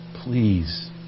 Please